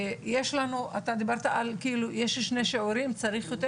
ויש לנו, אתה דיברת על שני שיעורים, צריך יותר.